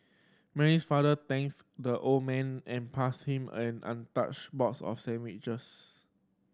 Mary's father thanks the old man and passed him an untouched box of sandwiches